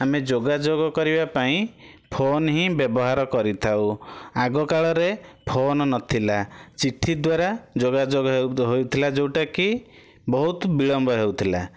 ଆମେ ଯୋଗାଯୋଗ କରିବା ପାଇଁ ଫୋନ ହିଁ ବ୍ୟବହାର କରିଥାଉ ଆଗ କାଳରେ ଫୋନ ନଥିଲା ଚିଠି ଦ୍ଵାରା ଯୋଗାଯୋଗ ହେଉଥିଲା ଯେଉଁଟା କି ବହୁତ ବିଳମ୍ବ ହେଉଥିଲା